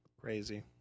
Crazy